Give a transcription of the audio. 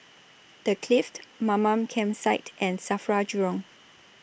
The Clift Mamam Campsite and SAFRA Jurong